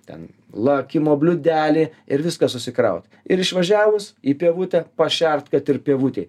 ten lakimo bliūdelį ir viską susikraut ir išvažiavus į pievutę pašert kad ir pievutėj